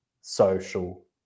social